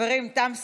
חברים, תם סדר-היום.